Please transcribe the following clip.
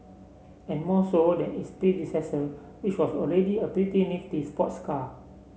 and more so than its predecessor which was already a pretty nifty sports car